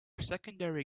secondary